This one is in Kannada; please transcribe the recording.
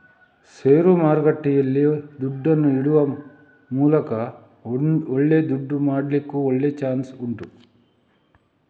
ಷೇರು ಮಾರುಕಟ್ಟೆಯಲ್ಲಿ ದುಡ್ಡನ್ನ ಇಡುವ ಮೂಲಕ ಒಳ್ಳೆ ದುಡ್ಡು ಮಾಡ್ಲಿಕ್ಕೂ ಒಳ್ಳೆ ಚಾನ್ಸ್ ಉಂಟು